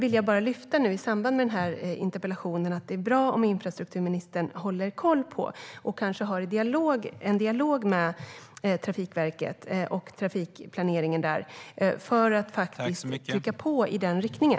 I samband med den här interpellationen vill jag lyfta fram att det är bra om infrastrukturministern håller koll på det och kanske har en dialog med Trafikverket och trafikplaneringen där, för att trycka på i den riktningen.